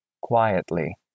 quietly